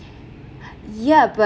yeah but